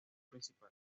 principal